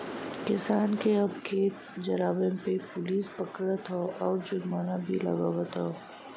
किसान के अब खेत जरावे पे पुलिस पकड़त हौ आउर जुर्माना भी लागवत हौ